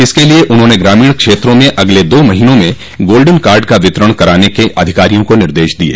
इसक लिए उन्होंने ग्रामीण क्षेत्रों में अगले दो महीनों में गोल्डेन कार्ड का वितरण कराने के अधिकारियों को निर्देश दिये